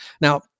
Now